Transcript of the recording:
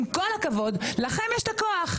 עם כל הכבוד, לכם יש את הכוח.